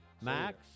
Max